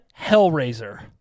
Hellraiser